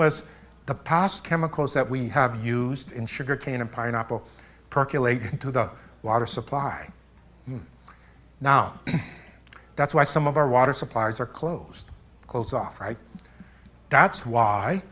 was the past chemicals that we have used in sugar cane and pineapple percolate into the water supply now that's why some of our water supplies are closed close off right that's why